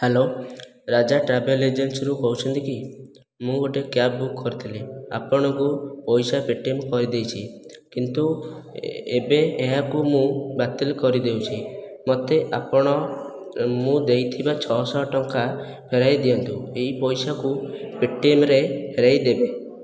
hello Raja travel ଏଜେନ୍ସିରୁ କହୁଛନ୍ତି କି ମୁଁ ଗୋଟିଏ କ୍ୟାବ୍ ବୁକ୍ କରିଥିଲି ଆପଣଙ୍କୁ ପଇସା ପେଟିଏମ୍ କରିଦେଇଛି କିନ୍ତୁ ଏବେ ଏହାକୁ ମୁଁ ବାତିଲ କରିଦେଉଛି ମୋତେ ଆପଣ ମୁଁ ଦେଇଥିବା ଛଅଶହ ଟଙ୍କା ଫେରାଇଦିଅନ୍ତୁ ଏଇ ପଇସାକୁ ପେଟିଏମ୍ରେ ଫେରାଇଦେବେ